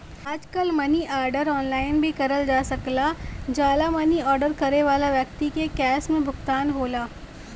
आजकल money order online भी करल जा सकल जाला मनी आर्डर करे वाले व्यक्ति के कैश में भुगतान होला